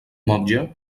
motlle